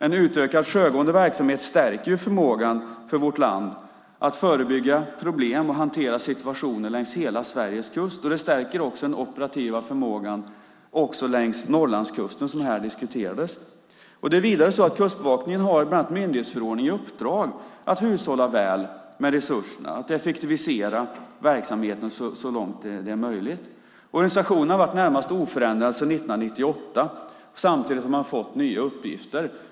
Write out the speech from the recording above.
En utökad sjögående verksamhet stärker ju förmågan för vårt land att förebygga problem och hantera situationer längs hela Sveriges kust. Det stärker också den operativa förmågan längs Norrlandskusten som här diskuterades. Det är vidare så att Kustbevakningen bland annat genom myndighetsförordningen har i uppdrag att hushålla väl med resurserna, att effektivisera verksamheten så långt det är möjligt. Organisationen har varit i det närmaste oförändrad sedan 1998. Samtidigt har man fått nya uppgifter.